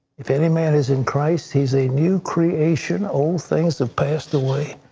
if any man is in christ, he's a new creation old things have passed away,